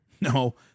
No